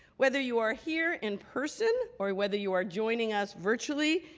whether you are here in person or whether you are joining us virtually,